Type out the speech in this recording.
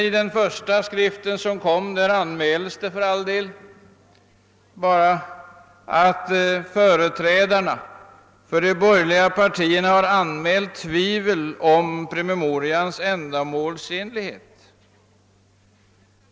I den första skriften som utkom anmäldes emellertid bara att företrädarna för de borgerliga partierna hade anmält tvivel om promemorians ändamålsenlighet.